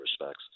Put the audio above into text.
respects